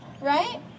right